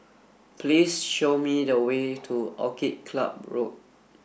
please show me the way to Orchid Club Road